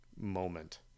moment